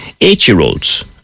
eight-year-olds